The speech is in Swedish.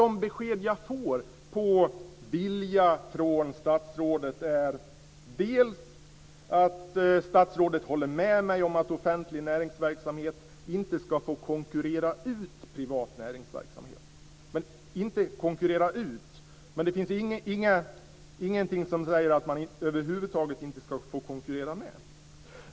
De besked jag får när det gäller vilja från statsrådet är att statsrådet håller med mig om att offentlig näringsverksamhet inte ska få konkurrera ut privat näringsverksamhet, men det finns ingenting som säger att man över huvud taget inte ska få konkurrera med den.